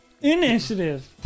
initiative